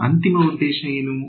ನಮ್ಮ ಅಂತಿಮ ಉದ್ದೇಶ ಏನು